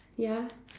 ya